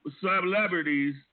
celebrities